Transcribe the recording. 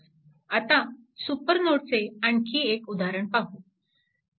आता सुपरनोडचे आणखी एक उदाहरण पाहू